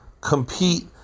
compete